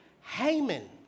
Haman